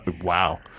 Wow